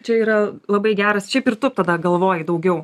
čia yra labai geras šiaip ir tu tada galvoji daugiau